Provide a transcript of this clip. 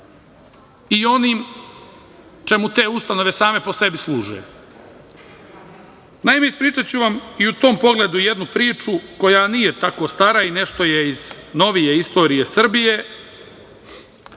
i onim čemu te ustanove same po sebi služe. Naime, ispričaću vam i u tom pogledu jednu priču koja nije tako stara i nešto je iz novije istorije Srbije,